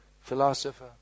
philosopher